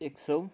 एक सौ